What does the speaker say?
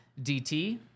DT